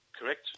Correct